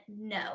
no